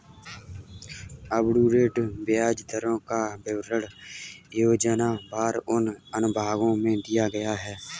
up to date ब्याज दरों का विवरण योजनावार उन अनुभागों में दिया गया है